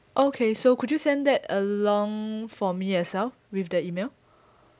okay so could you send that along for me as well with the email